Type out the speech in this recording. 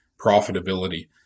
profitability